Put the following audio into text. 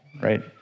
right